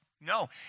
no